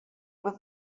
with